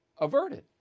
averted